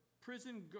prison